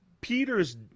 Peter's